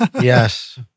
Yes